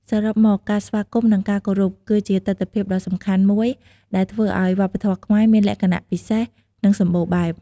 សរុបមក ការស្វាគមន៍ និងការគោរពគឺជាទិដ្ឋភាពដ៏សំខាន់មួយដែលធ្វើឱ្យវប្បធម៌ខ្មែរមានលក្ខណៈពិសេស និងសម្បូរបែប។